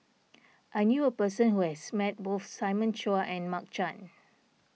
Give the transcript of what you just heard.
I knew a person who has met both Simon Chua and Mark Chan